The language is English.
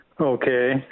Okay